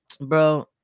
Bro